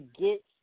get